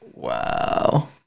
Wow